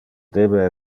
debe